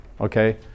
okay